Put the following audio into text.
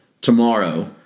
tomorrow